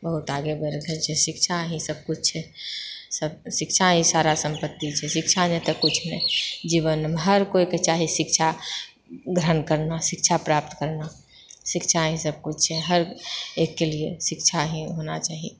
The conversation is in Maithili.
बहुत आगे बढ़ि रहलछै शिक्षा हि सबकिछु छै शिक्षा ही सारा सम्पति छै शिक्षा नहि तऽ किछु नहि जीवनमे हर केओके चाही शिक्षा ग्रहण करना शिक्षा प्राप्त करना शिक्षा ही सब किछु छै हर एकके लिए शिक्षा ही होना चाही